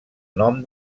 nom